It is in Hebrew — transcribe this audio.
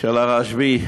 של הרשב"י.